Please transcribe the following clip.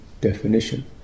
definition